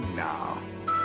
now